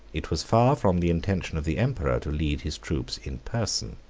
it was far from the intention of the emperor to lead his troops in person.